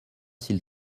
s’il